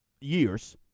years